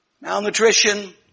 malnutrition